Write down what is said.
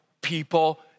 people